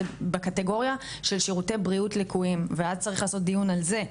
זה בקטגוריה של שירותי בריאות ליקויים ואז צריך לעשות דיון על זה,